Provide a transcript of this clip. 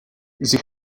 sie